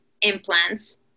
implants